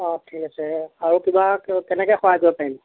অঁ ঠিক আছে আৰু কিবা কেনেকে সহায় কৰিব পাৰিম